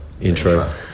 Intro